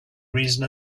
reason